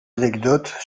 anecdotes